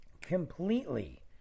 Completely